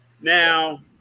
Now